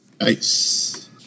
Nice